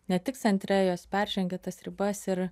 ne tik centre jos peržengia tas ribas ir